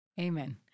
Amen